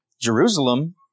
Jerusalem